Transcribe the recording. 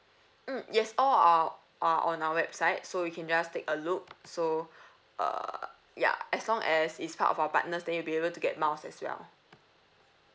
mm yes all our on our website so you can just take a look so uh ya as long as it's part of our partners then you'll be able to get miles as well